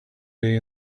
day